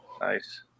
Nice